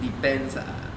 depends ah